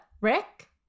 Rick